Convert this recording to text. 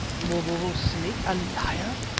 mavovo's snake a liar!